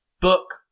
book